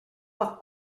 par